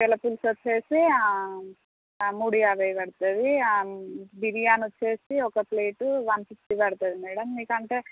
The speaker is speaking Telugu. రొయ్యల పులుసు వచ్చి మూడు యాభై పడుతుంది బిరియానీ వచ్చి ఒక ప్లేట్ వన్ ఫిఫ్టీ పడుతుంది మేడం మీకు అంటే